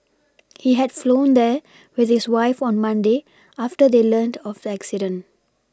he had flown there with his wife on Monday after they learnt of the accident